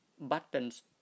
buttons